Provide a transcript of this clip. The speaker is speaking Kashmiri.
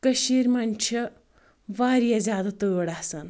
کشیٖر منٛز چھِ واریاہ زیادٕ تۭر آسان